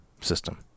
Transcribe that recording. system